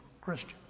Christians